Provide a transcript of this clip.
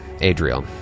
Adriel